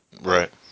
Right